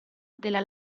della